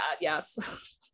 yes